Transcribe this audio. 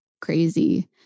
crazy